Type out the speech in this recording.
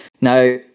Now